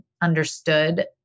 understood